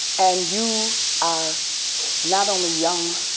and you are not only young,